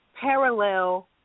parallel